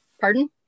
Pardon